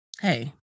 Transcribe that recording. hey